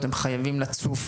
הן חייבות לצוף,